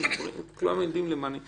כולם יודעים למה אני מתכוון,